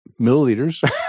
milliliters